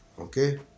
Okay